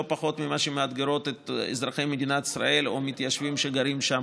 פחות ממה שהן מאתגרות את אזרחי מדינת ישראל או המתיישבים שגרים שם,